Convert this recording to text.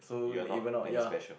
you are not very special